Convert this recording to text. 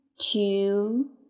two